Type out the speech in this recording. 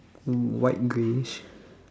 white greyish